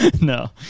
no